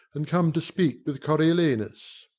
and come to speak with coriolanus.